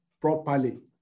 properly